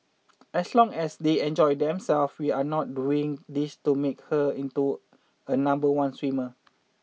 as long as they enjoy themselves we are not doing this to make her into a number one swimmer